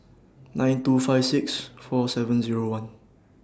nine two five six four seven Zero one